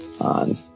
on